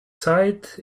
side